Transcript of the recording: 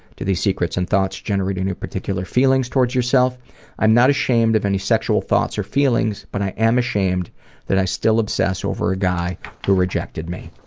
do these secrets and thoughts generate any particular feelings toward yourself i'm not ashamed of any sexual thoughts or feelings but i am ashamed that i still obsess over a guy who rejected me.